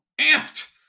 amped